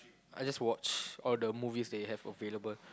I just watch all the movies they have available